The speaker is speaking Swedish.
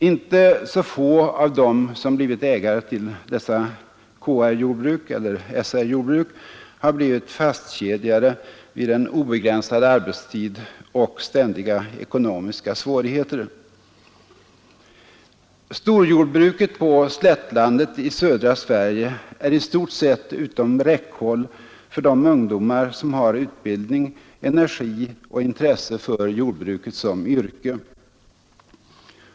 Inte så få av dem som blivit ägare till dessa KR-jordbruk eller SR-jordbruk har blivit fastkedjade vid en obegränsad arbetstid och ständiga ekonomiska svårigheter. Storjordbruket på slättlandet i södra Sverige är i stort sett utom räckhåll för de ungdomar som har utbildning, energi och intresse för jordbruket som yrke.